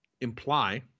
imply